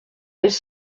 elles